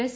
S